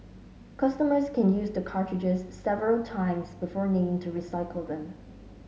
customers can use the cartridges several times before needing to recycle them